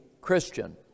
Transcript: Christian